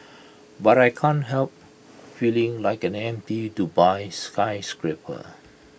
but I can't help feeling like an empty Dubai skyscraper